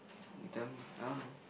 tell me I don't know